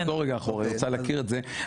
תחזור רגע אחורה היא רוצה להכיר את זה.